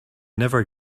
never